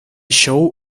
show